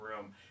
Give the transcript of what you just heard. room